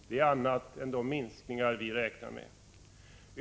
Det är annat än de minskningar vi räknar med.